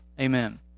Amen